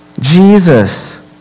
Jesus